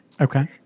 Okay